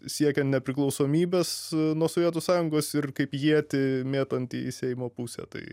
siekiant nepriklausomybės nuo sovietų sąjungos ir kaip ietį mėtantį į seimo pusę tai